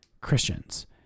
Christians